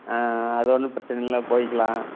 ஆ அது ஒன்றும் பிரச்சனை இல்லை போயிக்கலாம்